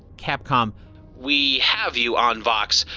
capcom we have you on vox.